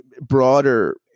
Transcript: broader